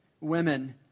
Women